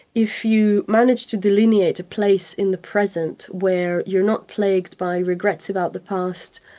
if you manage to delineate a place in the present where you're not plagued by regrets about the past,